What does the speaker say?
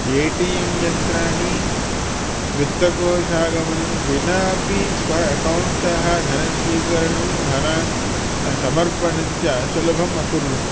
ए T M यन्त्राणि वित्तकोशागमनं विनापि स्व अकाउण्टतः धनस्वीकरणं धनसमर्पणञ्च सुलभम् अकुर्वन्